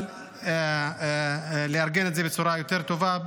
אבל לארגן את זה בצורה יותר טובה,